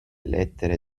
lettere